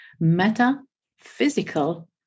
metaphysical